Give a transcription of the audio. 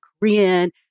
Korean